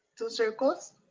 two circles.